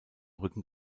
rücken